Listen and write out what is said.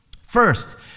First